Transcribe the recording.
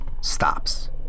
stops